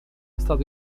stato